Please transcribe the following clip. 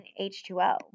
H2O